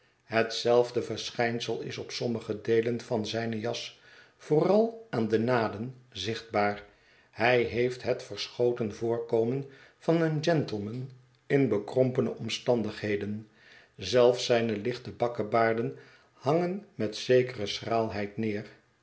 hetzelfde verschijnsel is op sommige deelen van zijne jas vooral aan de naden zichtbaar hij heeft het verschoten voorkomen van een gentleman in bekrompene omstandigheden zelfs zijne lichte bakkebaarden hangen met zekere schraalheid neer